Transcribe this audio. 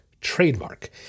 trademark